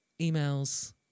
emails